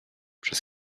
przez